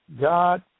God